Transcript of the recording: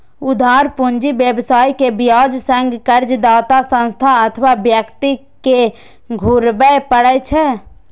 उधार पूंजी व्यवसायी कें ब्याज संग कर्जदाता संस्था अथवा व्यक्ति कें घुरबय पड़ै छै